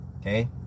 Okay